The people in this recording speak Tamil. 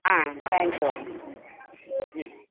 ஆ தேங்க்யூ ம்